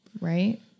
Right